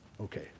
Okay